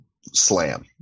slam